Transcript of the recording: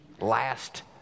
last